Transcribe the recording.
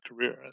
career